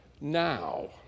now